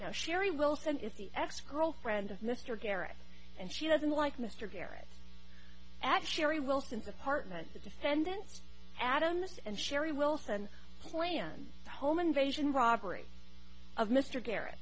now sherry wilson is the ex girlfriend of mr garrett and she doesn't like mr garrett at sherry wilson's apartment the defendant's adams and sherry wilson planned home invasion robbery of mr garrett